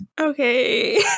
Okay